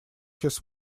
his